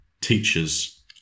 teachers